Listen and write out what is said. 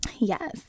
Yes